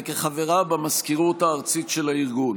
וכחברה במזכירות הארצית של הארגון.